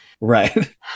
Right